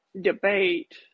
debate